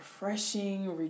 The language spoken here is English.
refreshing